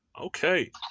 Okay